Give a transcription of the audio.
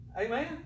Amen